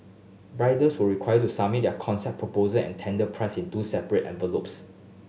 bidders were required to submit their concept proposal and tender price in two separate envelopes